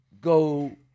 go